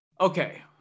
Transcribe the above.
Okay